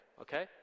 okay